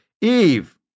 Eve